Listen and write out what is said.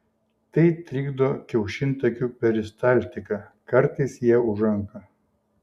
tai trikdo kiaušintakių peristaltiką kartais jie užanka